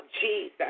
Jesus